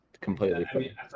completely